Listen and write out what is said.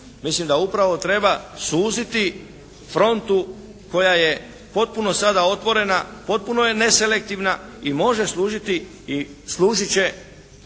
Mislim da upravo treba suziti frontu koja je potpuno sada otvorena, potpuno je neselektivna i može služiti i služit će